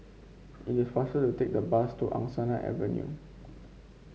it is faster to take the bus to Angsana Avenue